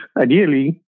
Ideally